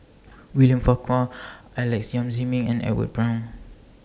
William Farquhar Alex Yam Ziming and Edwin Brown